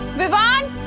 vivaan.